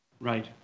Right